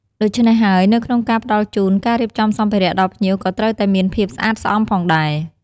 ដូច្នេះ ហើយនៅក្នុងការផ្ដល់ជូន ការរៀបចំសម្ភារៈដល់ភ្ញៀវក៏ត្រូវតែមានភាពស្អាតស្អំផងដែរ។